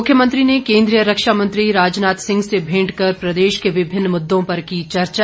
मुख्यमंत्री ने केन्द्रीय रक्षा मंत्री राजनाथ सिंह से भेंट कर प्रदेश के विभिन्न मुददों पर की चर्चा